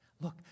Look